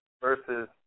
Versus